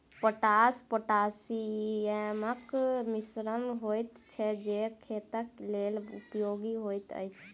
potash पोटासियमक मिश्रण होइत छै जे खेतक लेल उपयोगी होइत अछि